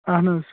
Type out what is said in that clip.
اَہَن حظ